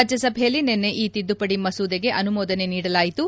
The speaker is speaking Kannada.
ರಾಜ್ಯಸಭೆಯಲ್ಲಿ ನಿನ್ನೆ ಈ ತಿದ್ದುಪಡಿ ಮಸೂದೆಗೆ ಅನುಮೋದನೆ ನೀಡಲಾಯಿತು